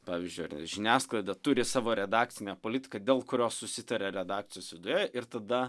pavyzdžiui ar žiniasklaida turi savo redakcinę politiką dėl kurios susitarė redakcijos viduje ir tada